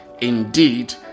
Indeed